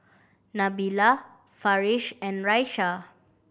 Nabila Farish and Raisya